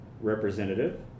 Representative